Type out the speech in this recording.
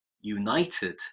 united